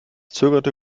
zögerte